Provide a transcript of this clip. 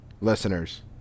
listeners